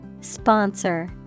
Sponsor